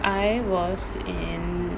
I was in